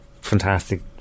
fantastic